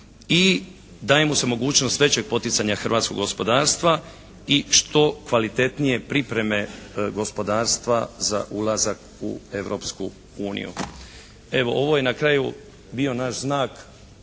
i daje mu se mogućnost većeg poticanja hrvatskog gospodarstva i što kvalitetnije pripreme gospodarstva za ulazak u Europsku uniju. Evo, ovo je na kraju bio naš znak